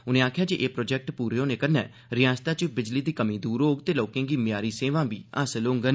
उन्ने आक्खेया जे ए प्रोजैक्ट पूरे होने कन्नै रियासता च बिजली दी कमी दूर होग ते लोकें गी मय्यारी सेवां बी हासल होगंन